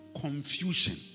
confusion